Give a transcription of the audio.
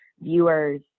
viewers